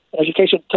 education